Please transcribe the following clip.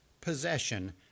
possession